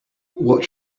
what